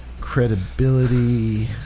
credibility